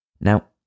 Now